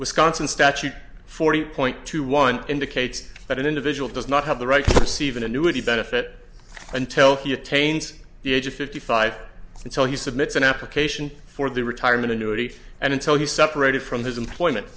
wisconsin statute forty point two one indicates that an individual does not have the right even annuity benefit until he attains the age of fifty five until he submitted an application for the retirement annuity and until he separated from his employment